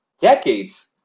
decades